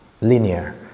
linear